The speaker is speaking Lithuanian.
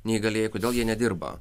neįgalieji kodėl jie nedirba